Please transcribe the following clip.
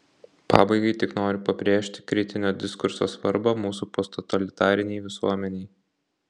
pabaigai tik noriu pabrėžti kritinio diskurso svarbą mūsų posttotalitarinei visuomenei